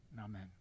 Amen